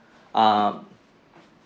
err